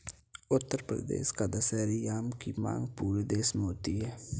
उत्तर प्रदेश का दशहरी आम की मांग पूरे देश में होती है